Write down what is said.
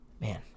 Man